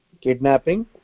kidnapping